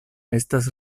estas